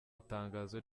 itangazo